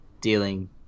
dealing